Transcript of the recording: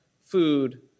food